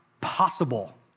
possible